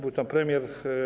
Był tam premier.